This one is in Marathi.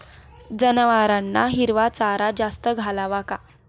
जनावरांना हिरवा चारा जास्त घालावा का?